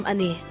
Ani